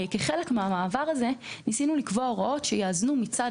כחלק מהמעבר הזה ניסינו לקבוע הוראות שיאזנו מצד